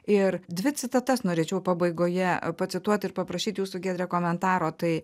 ir dvi citatas norėčiau pabaigoje pacituot ir paprašyt jūsų giedre komentaro tai